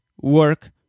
work